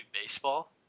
baseball